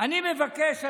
אני מבקש,